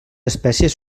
espècies